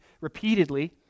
repeatedly